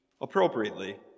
appropriately